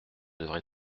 devrai